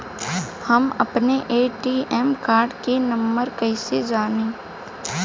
हम अपने ATM card के नंबर कइसे जानी?